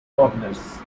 toddlers